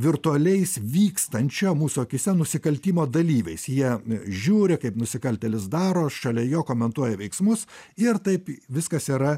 virtualiais vykstančioje mūsų akyse nusikaltimo dalyviais jie žiūri kaip nusikaltėlis daro šalia jo komentuoja veiksmus ir taip viskas yra